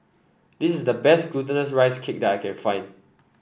this is the best Glutinous Rice Cake that I can find